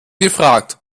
gefragt